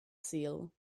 sul